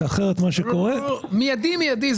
כי אחרת מה שקורה --- מיידי מיידי.